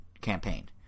campaign